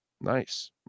Nice